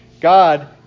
God